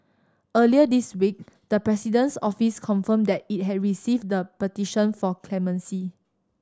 earlier this week the President's Office confirmed that it had received the petition for clemency